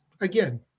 again